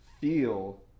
feel